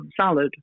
salad